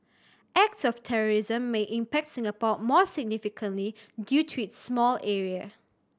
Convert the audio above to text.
acts of terrorism may impact Singapore more significantly due to its small area